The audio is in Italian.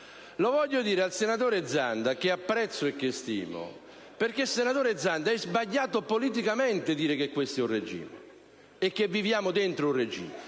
Lo voglio dire al senatore Zanda, che apprezzo e stimo: è sbagliato politicamente dire che questo è un regime e che viviamo dentro un regime.